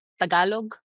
Tagalog